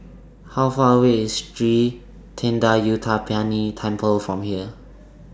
How Far away IS Sri Thendayuthapani Temple from here